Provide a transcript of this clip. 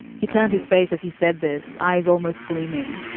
he turned his face, as he said, this eyes almost gleaming.